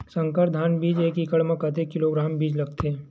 संकर धान बीज एक एकड़ म कतेक किलोग्राम बीज लगथे?